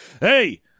hey